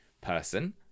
person